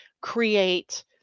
create